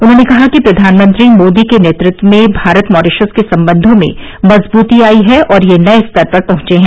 उन्होंने कहा कि प्रधानमंत्री मोदी के नेतृत्व में भारत मॉरीशस संबंधों में मजबूती आयी है और ये नये स्तर पर पहुंचे हैं